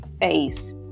face